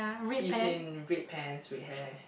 he's in red pants red hair